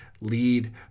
lead